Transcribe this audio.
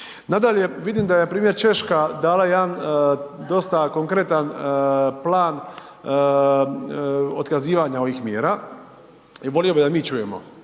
Nadalje, vidim da je npr. Češka dala jedan dosta konkretan plan otkazivanja ovih mjera i volio bi da mi čujemo.